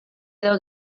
edo